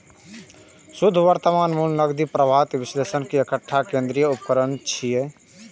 शुद्ध वर्तमान मूल्य नकदी प्रवाहक विश्लेषण मे एकटा केंद्रीय उपकरण छियै